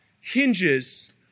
hinges